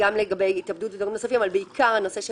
גם לגבי --- ודברים נוספים אבל בעיקר הנושא של